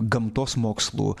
gamtos mokslų